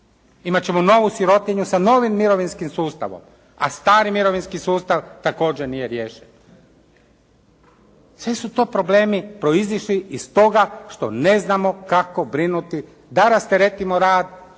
Imati ćemo novu sirotinju sa novim mirovinskim sustavom, a stari mirovinski sustav također nije riješen. Sve su to problemi proizišli iz toga što ne znamo kako brinuti da rasteretimo rad